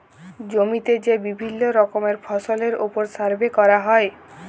জমিতে যে বিভিল্য রকমের ফসলের ওপর সার্ভে ক্যরা হ্যয়